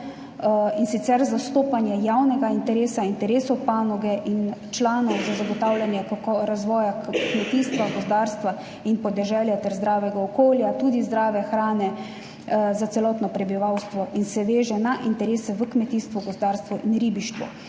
in sicer zastopanje javnega interesa, interesov panoge in članov za zagotavljanje razvoja kmetijstva, gozdarstva in podeželja ter zdravega okolja, tudi zdrave hrane za celotno prebivalstvo in se veže na interese v kmetijstvo, gozdarstvo in ribištvo.